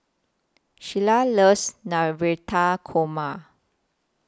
Shyla loves Navratan Korma